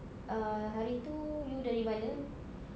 uh hari itu you dari mana